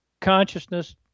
consciousness